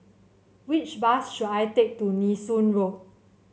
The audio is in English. which bus should I take to Nee Soon Road